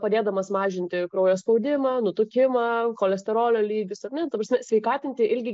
padėdamas mažinti kraujo spaudimą nutukimą cholesterolio lygius ar ne ta prasme sveikatinti ilgį